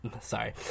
Sorry